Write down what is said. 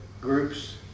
groups